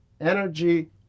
energy